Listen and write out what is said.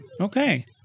Okay